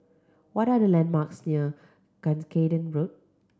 what are the landmarks near Cuscaden Road